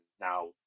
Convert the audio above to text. now